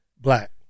Black